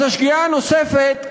אז השגיאה הנוספת,